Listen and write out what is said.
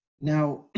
Now